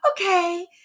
okay